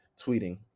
tweeting